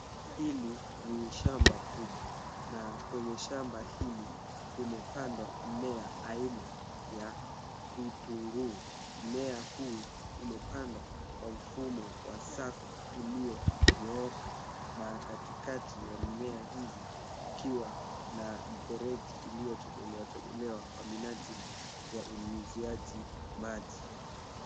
Hili ni shamba kubwa na kwenye shamba hili kumepandwa mimea aina ya vitunguu. Mmea huu umepandwa kwa mfumo wa safu iliyonyooka na katikati ya mimea hizi ikiwa na mfereji iliyotobolewa tobolewa kwa minajili ya unyunyiziaji maji.